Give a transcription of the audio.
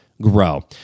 grow